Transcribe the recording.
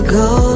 go